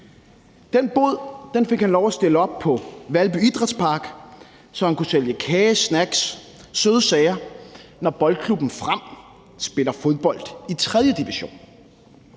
Den bod fik han lov at stille op i Valby Idrætspark, så han kunne sælge kage, snacks og søde sager, når Boldklubben Frem spiller fodbold i tredje division.